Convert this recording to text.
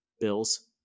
Bills